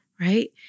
right